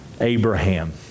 Abraham